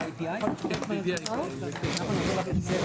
הישיבה ננעלה בשעה